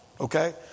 Okay